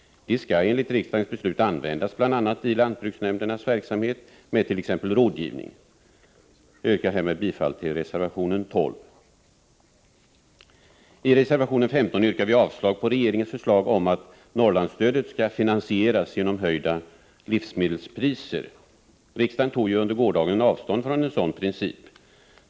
De skall enligt riksdagens beslut användas bl.a. i lantbruksnämndernas verksamhet med t.ex. rådgivning. Jag yrkar härmed bifall till reservation 12. I reservation 15 yrkar vi avslag på regeringens förslag om att Norrlandsstödet skall finansieras genom höjda livsmedelspriser. Riksdagen tog ju under gårdagen avstånd från en sådan princip.